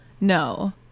No